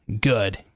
Good